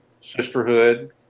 sisterhood